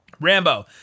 Rambo